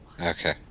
Okay